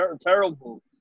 terrible